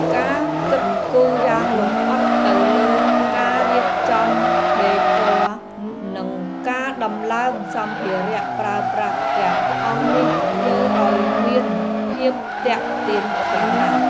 ការគិតគូរយ៉ាងលម្អិតទៅលើការរៀបចំដេគ័រនិងការដំឡើងសម្ភារៈប្រើប្រាស់ទាំងអស់នេះធ្វើឱ្យមានភាពទាក់ទាញខ្លាំងណាស់។